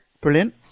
Brilliant